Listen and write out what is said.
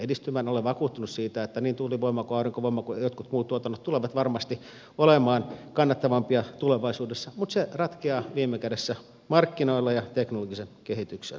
olen vakuuttunut siitä että niin tuulivoima kuin aurinkovoima kuin jotkut muut tuotannot tulevat varmasti olemaan kannattavampia tulevaisuudessa mutta se ratkeaa viime kädessä markkinoilla ja teknologisen kehityksen myötä